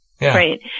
Right